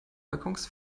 waggons